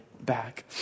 back